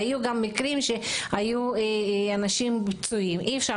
היו גם מקרים של אנשים שנפצעו.